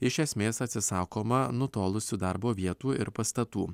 iš esmės atsisakoma nutolusių darbo vietų ir pastatų